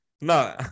no